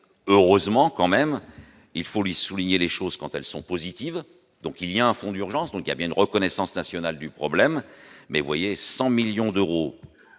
heureusement quand même, il faut lui souligné les choses quand elles sont positives, donc il y a un fond d'urgence dans une cabine reconnaissance nationale du problème, mais voyez 100 millions d'euros